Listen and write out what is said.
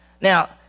Now